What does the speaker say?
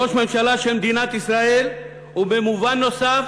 ראש ממשלה של מדינת ישראל, ובמובן נוסף